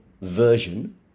version